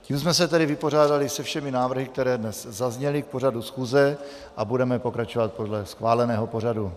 Tím jsme se tedy vypořádali se všemi návrhy, které dnes zazněly k pořadu schůze, a budeme pokračovat podle schváleného pořadu.